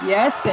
Yes